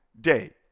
day